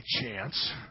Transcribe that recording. chance